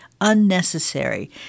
unnecessary